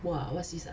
!wah! what sea~